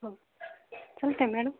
हो चलते मॅडम